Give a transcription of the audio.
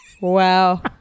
Wow